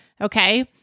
okay